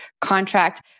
contract